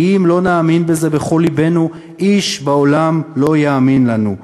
כי אם לא נאמין בזה בכל לבנו איש בעולם לא יאמין לנו: